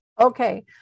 Okay